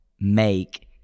make